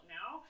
now